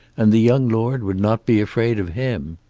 and the young lord would not be afraid of him.